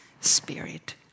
spirit